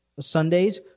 Sundays